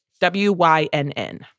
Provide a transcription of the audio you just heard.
W-Y-N-N